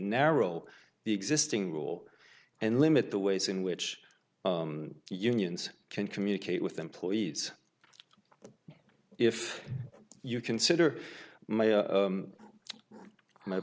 narrow the existing rule and limit the ways in which unions can communicate with employees if you consider my